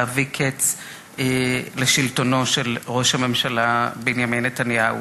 להביא קץ לשלטונו של ראש הממשלה בנימין נתניהו.